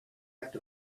act